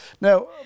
Now